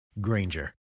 Granger